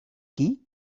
key